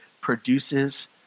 produces